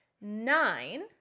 nine